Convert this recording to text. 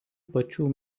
pačių